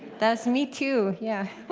that was me, too yeah.